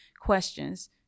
questions